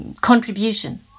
contribution